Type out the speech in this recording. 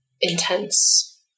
intense